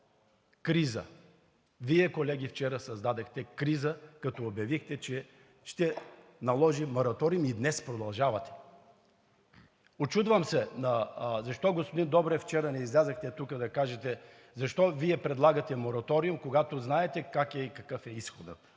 криза. Вие, колеги, вчера създадохте криза, когато обявихте, че ще наложим мораториум, и днес продължавате. Учудвам се, господин Добрев, защо вчера не излязохте тук да кажете защо Вие предлагате мораториум, когато знаете как е и какъв е изходът